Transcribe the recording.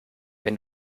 wenn